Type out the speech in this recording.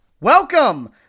Welcome